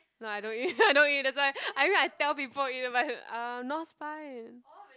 no I don't eat I don't eat that's why I mean I tell people eat but uh North Spine